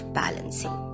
balancing